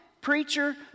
preacher